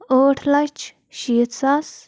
ٲٹھ لَچھ شیٖتھ ساس